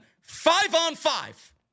five-on-five